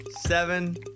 seven